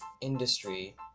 industry